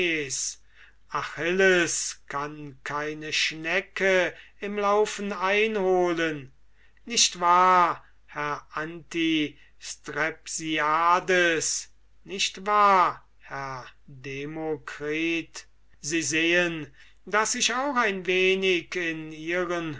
achilles kann keine schnecke im laufen einholen nicht wahr herr antistrepsiades nicht wahr herr demokritus sie sehen daß ich auch ein wenig in ihren